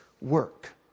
work